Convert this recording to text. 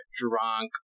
drunk